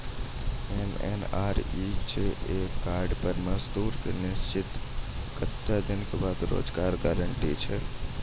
MNREGA card पर मजदुर के निश्चित कत्तेक दिन के रोजगार गारंटी छै?